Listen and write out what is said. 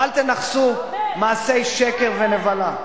ואל תנכסו, מעשי שקר ונבלה.